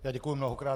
Já děkuji mnohokrát.